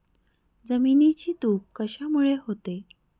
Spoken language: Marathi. जमिनीची धूप कशामुळे होते?